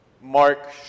Mark